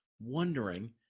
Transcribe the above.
wondering